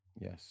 Yes